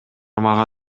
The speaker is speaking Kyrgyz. мага